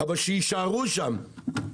אבל שיישארו שם.